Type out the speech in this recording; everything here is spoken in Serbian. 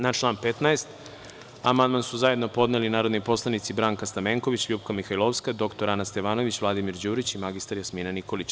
Na član 15. amandman su zajedno podneli narodni poslanici Branka Stamenković, LJupka Mihajlovska, dr. Ana Stevanović, Vladimir Đurić i mr Jasmina Nikolić.